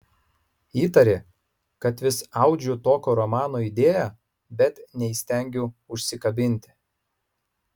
įtarė kad vis audžiu tokio romano idėją bet neįstengiu užsikabinti